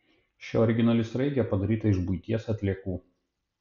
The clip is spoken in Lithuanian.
ši originali sraigė padaryta iš buities atliekų